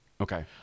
Okay